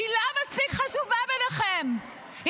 לא מספיק חשובה בעיניכם,